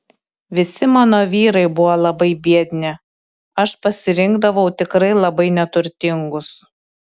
visi mano vyrai buvo labai biedni aš pasirinkdavau tikrai labai neturtingus